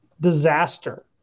disaster